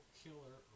killer